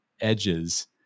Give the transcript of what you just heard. edges